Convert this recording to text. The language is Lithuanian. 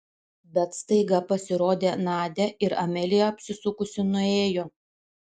bet staiga pasirodė nadia ir amelija apsisukusi nuėjo